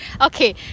Okay